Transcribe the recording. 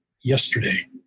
yesterday